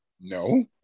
no